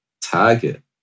target